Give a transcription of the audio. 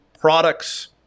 products